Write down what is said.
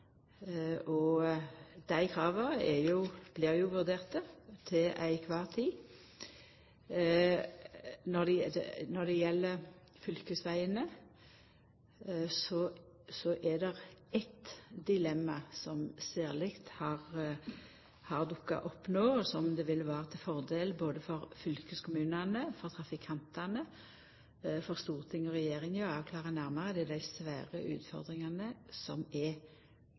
og dei krava blir vurderte til kvar tid. Når det gjeld fylkesvegane, er det særleg eitt dilemma som har dukka opp no, og som det ville vera ein fordel for både fylkeskommunane, trafikantane, Stortinget og regjeringa å få avklart nærmare. Det er dei svære utfordringane som er